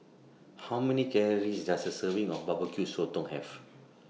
How Many Calories Does A Serving of Barbecue Sotong Have